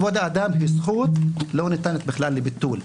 כבוד האדם היא זכות שלא ניתנת בכלל לביטול,